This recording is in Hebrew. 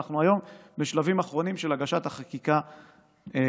ואנחנו היום בשלבים האחרונים של הגשת החקיקה לכנסת.